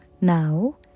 Now